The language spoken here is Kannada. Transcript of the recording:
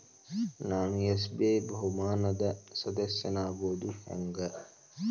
ನಾನು ಎಸ್.ಬಿ.ಐ ಬಹುಮಾನದ್ ಸದಸ್ಯನಾಗೋದ್ ಹೆಂಗ?